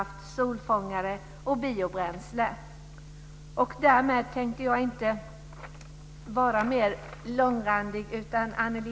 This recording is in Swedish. Jag tänkte inte vara mer långrandig än så.